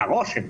הרושם,